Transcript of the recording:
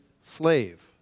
slave